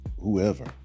whoever